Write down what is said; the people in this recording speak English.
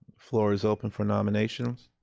floor is open for nominations.